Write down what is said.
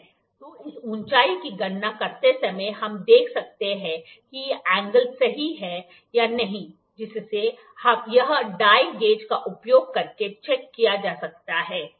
तो इस ऊंचाई की गणना करते समय हम देख सकते हैं कि यह एंगल सही है या नहीं जिसे यहां डायल गेज का उपयोग करके चेक किया जा सकता है ठीक है